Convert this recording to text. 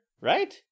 right